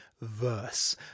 verse